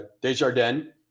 Desjardins